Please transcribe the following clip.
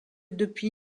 depuis